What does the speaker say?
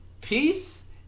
Peace